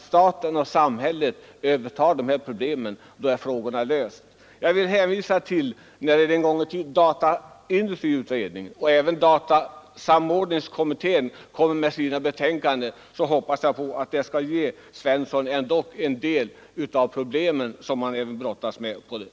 Staten och samhället skall överta det hela, och därmed är frågorna ur världen. Jag vill hänvisa till att dataindustriutredningen och även datasamordningskommittén så småningom kommer att framlägga betänkanden på detta område, och jag hoppas att de skall göra herr Svensson uppmärksam på en del av svårigheterna i de problem som herr Svensson brottas med.